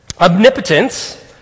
omnipotence